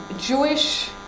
Jewish